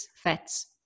fats